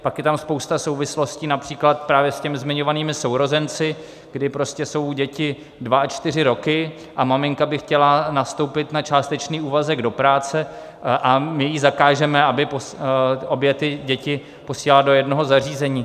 Pak je tam spousta souvislostí, například právě s těmi zmiňovanými sourozenci, kdy jsou děti dva a čtyři roky, maminka by chtěla nastoupit na částečný úvazek do práce a my jí zakážeme, aby obě ty děti posílala do jednoho zařízení.